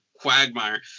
quagmire